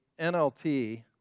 NLT